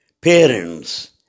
parents